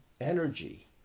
energy